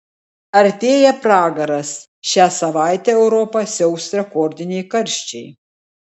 artėja pragaras šią savaitę europą siaubs rekordiniai karščiai